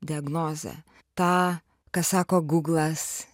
diagnozę tą ką sako gūglas